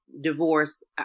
divorce